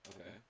Okay